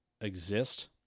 exist